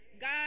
God